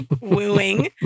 Wooing